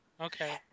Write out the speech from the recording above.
Okay